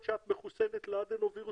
החץ העליון הוא נוגדן 65 והחץ